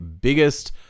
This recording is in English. biggest